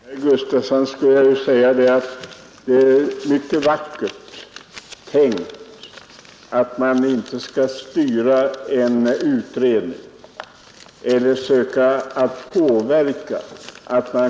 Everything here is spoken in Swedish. Herr talman! Till herr Gustavsson i Nässjö skulle jag vilja säga att det är mycket vackert tänkt att man inte skall styra en utredning eller söka påverka svaren.